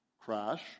crash